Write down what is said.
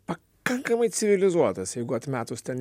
pakankamai civilizuotas jeigu atmetus ten